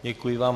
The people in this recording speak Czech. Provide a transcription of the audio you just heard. Děkuji vám.